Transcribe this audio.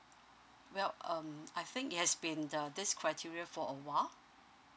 well um I think it has been the this criteria for a while